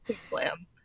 Slam